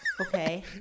okay